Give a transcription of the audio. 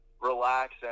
relax